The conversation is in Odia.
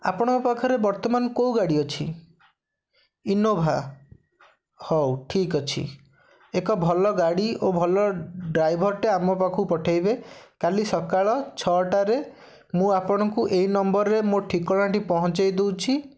ଆପଣଙ୍କ ପାଖରେ ବର୍ତ୍ତମାନ କେଉଁ ଗାଡ଼ି ଅଛି ଇନୋଭା ହଉ ଠିକ୍ ଅଛି ଏକ ଭଲ ଗାଡ଼ି ଓ ଭଲ ଡ୍ରାଇଭର୍ଟେ ଆମ ପାଖକୁ ପଠାଇବେ କାଲି ସକାଳ ଛଅଟାରେ ମୁଁ ଆପଣଙ୍କୁ ଏଇ ନମ୍ବର୍ରେ ମୋ ଠିକଣାଟି ପହଞ୍ଚାଇ ଦେଉଛି